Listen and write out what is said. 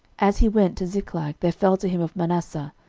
as he went to ziklag, there fell to him of manasseh,